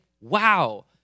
wow